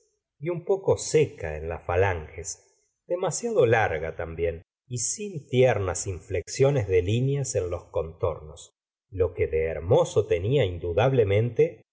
y un poco segustavo flaubert ca en las falanges demasiado larga también y sin tiernas inflexiones de lineas en los contornos lo que de hermoso tenía indudablemente